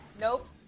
Nope